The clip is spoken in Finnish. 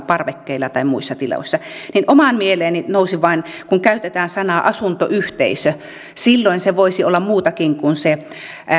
parvekkeilla tai muissa tiloissa omaan mieleeni nousi vain kun käytetään sanaa asuntoyhteisö että silloin se voisi olla muutakin kuin se